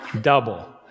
double